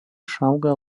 išauga